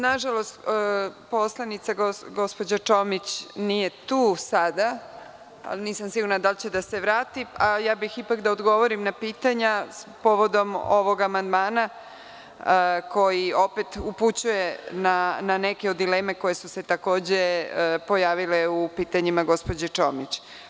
Nažalost, poslanica gospođa Čomić nije tu sada, nisam sigurna da li će da se vrati, a ja bih ipak da odgovorim na pitanja povodom ovog amandmana koji, opet, upućuje na neke dileme koje su se takođe pojavile u pitanjima gospođe Čomić.